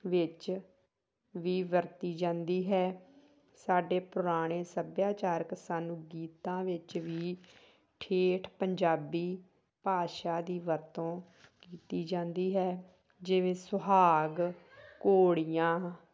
ਵਿੱਚ ਵੀ ਵਰਤੀ ਜਾਂਦੀ ਹੈ ਸਾਡੇ ਪੁਰਾਣੇ ਸੱਭਿਆਚਾਰਕ ਸਾਨੂੰ ਗੀਤਾਂ ਵਿੱਚ ਵੀ ਠੇਠ ਪੰਜਾਬੀ ਭਾਸ਼ਾ ਦੀ ਵਰਤੋਂ ਕੀਤੀ ਜਾਂਦੀ ਹੈ ਜਿਵੇਂ ਸੁਹਾਗ ਘੋੜੀਆਂ